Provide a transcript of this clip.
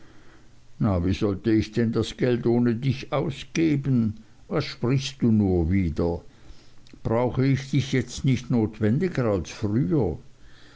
na wie sollte ich denn das geld ohne dich ausgeben was sprichst du nur wieder brauche ich dich jetzt nicht notwendiger als früher